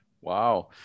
Wow